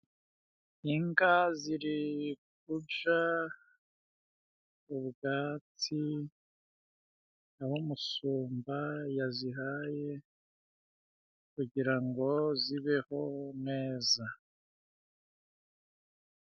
Inka ziri kuja ubwatsi aho umusumba yazihaye kugira ngo zibeho neza.